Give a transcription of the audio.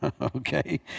okay